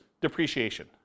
depreciation